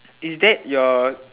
is that your